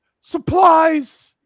supplies